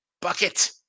bucket